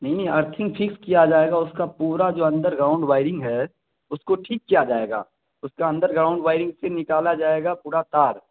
نہیں نہیں earthing fix کیا جائے گا اس کا پورا جو انڈر گراؤنڈ وائرنگ ہے اس کو ٹھیک کیا جائے گا اس کا انڈر گراؤنڈ وائرنگ پھر نکالا جائے گا پورا تار